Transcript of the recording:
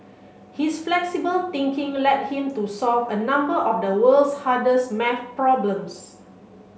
his flexible thinking led him to solve a number of the world's hardest maths problems